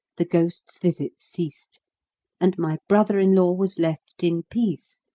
the ghost's visits ceased and my brother-in-law was left in peace,